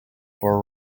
for